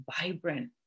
vibrant